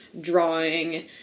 drawing